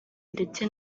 ndetse